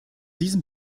diesem